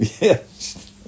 Yes